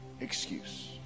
excuse